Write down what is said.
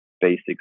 basics